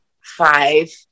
five